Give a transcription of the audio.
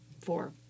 four